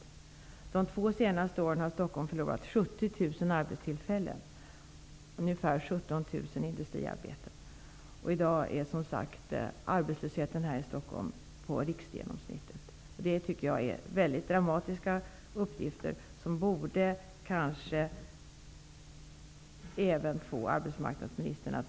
Under de två senaste åren har Stockholm förlorat 70 000 industriarbeten. I dag ligger arbetslösheten här i Stockholm på riksgenomsnittet. Det tycker jag är mycket dramatiska uppgifter som kanske borde få även arbetsmarknadsministern oroad.